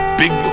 big